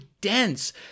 dense